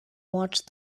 watch